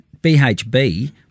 BHB